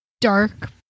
dark